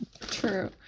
True